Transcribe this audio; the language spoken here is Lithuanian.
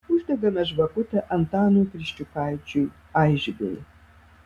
uždegame žvakutę antanui kriščiukaičiui aišbei